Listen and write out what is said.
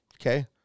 Okay